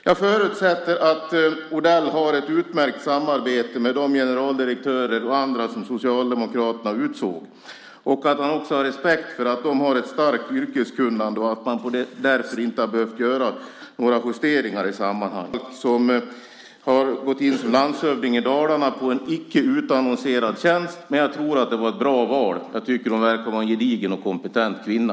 Jag förutsätter att Odell har ett utmärkt samarbete med de generaldirektörer och andra som Socialdemokraterna utsåg och att han också har respekt för att de har ett stort yrkeskunnande och man därför inte har behövt göra några justeringar i sammanhanget. Slutligen har jag vid ett par tillfällen sammanträffat med Maria Norrfalk som har blivit landshövding i Dalarna. Den tjänsten utannonserades inte, men jag tror att detta var ett bra val. Jag tycker att hon verkar vara en gedigen och kompetent kvinna.